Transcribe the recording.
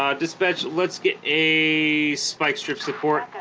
um dispatch let's get a spike strip support